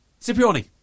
Cipriani